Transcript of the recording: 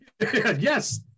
Yes